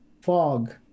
fog